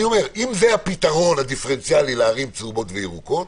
אם זה הפתרון לערים צהובות וירוקות,